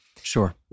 Sure